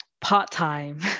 part-time